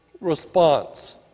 response